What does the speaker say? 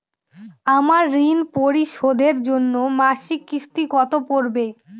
আমার ঋণ পরিশোধের জন্য মাসিক কিস্তি কত পড়বে?